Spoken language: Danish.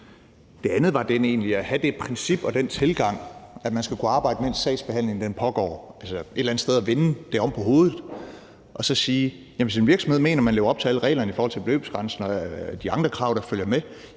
det andet var egentlig at have det princip og den tilgang, at man skal kunne arbejde, mens sagsbehandlingen pågår. Man bør altså et eller andet stedet vende det på hovedet og sige, at hvis en virksomhed mener, at man lever op til alle reglerne i forhold til beløbsgrænsen og de andre krav, der følger med,